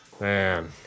Man